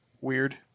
weird